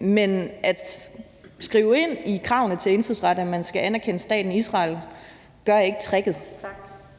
Men at skrive ind i kravene til indfødsret, at man skal anerkende staten Israel, løser ikke problemet.